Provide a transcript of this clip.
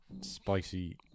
spicy